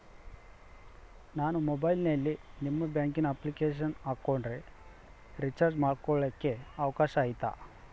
ನಾನು ಮೊಬೈಲಿನಲ್ಲಿ ನಿಮ್ಮ ಬ್ಯಾಂಕಿನ ಅಪ್ಲಿಕೇಶನ್ ಹಾಕೊಂಡ್ರೆ ರೇಚಾರ್ಜ್ ಮಾಡ್ಕೊಳಿಕ್ಕೇ ಅವಕಾಶ ಐತಾ?